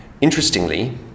Interestingly